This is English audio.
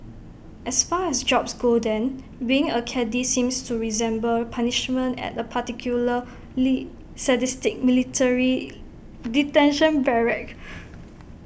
as far as jobs go then being A caddie seems to resemble punishment at A particularly sadistic military detention barrack